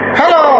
hello